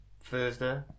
Thursday